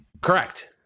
Correct